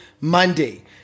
Monday